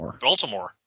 Baltimore